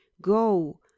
go